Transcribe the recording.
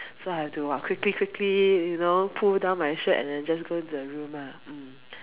so I have to !wah! quickly quickly you know pull down my shirt and then just go in to the room lah mm